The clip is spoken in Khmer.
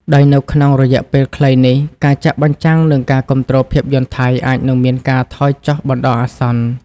ដោយនៅក្នុងរយៈពេលខ្លីនេះ ការចាក់បញ្ចាំង និងការគាំទ្រភាពយន្តថៃអាចនឹងមានការថយចុះបណ្តោះអាសន្ន។